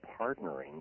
partnering